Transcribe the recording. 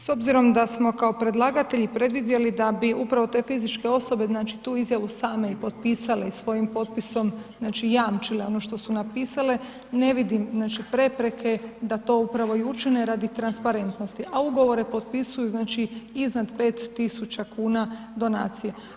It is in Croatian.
S obzirom da smo kao predlagatelji predvidjeli da bi upravo te fizičke osobe znači tu izjavu same i potpisale i svojim potpisom znači jamčile ono što su napisale, ne vidim znači prepreke da to upravo i učine radi transparentnosti, a ugovore potpisuju znači iznad 5 tisuća kuna donacija.